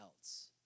else